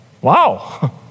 wow